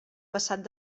passat